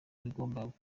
bagombaga